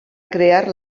crear